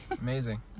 Amazing